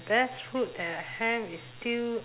best food that I have is still